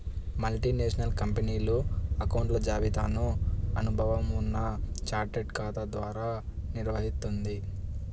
multinational కంపెనీలు అకౌంట్ల జాబితాను అనుభవం ఉన్న చార్టెడ్ ఖాతా ద్వారా నిర్వహిత్తుంది